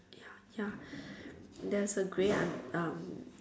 ya ya there's a grey aunt um